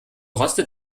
rostet